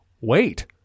wait